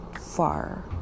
far